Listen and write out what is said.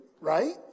right